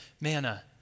manna